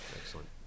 Excellent